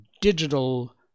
digital